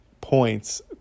points